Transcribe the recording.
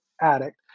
addict